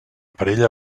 parella